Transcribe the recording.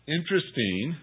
Interesting